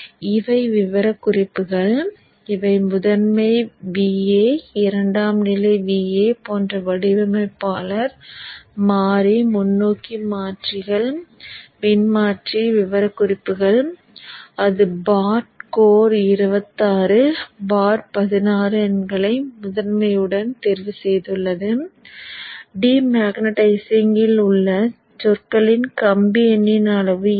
இவை விவரக்குறிப்புகள் இவை முதன்மை VA இரண்டாம் நிலை VA போன்ற வடிவமைப்பாளர் மாறி முன்னோக்கி மாற்றிகள் மின்மாற்றி விவரக்குறிப்புகள் அது பாட் கோர் 26 பார் 16 எண்களை முதன்மையுடன் தேர்வு செய்துள்ளது டிமேக்னடைசிங்ல் உள்ள சொற்களின் கம்பி எண்ணின் அளவு என்ன